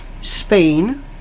Spain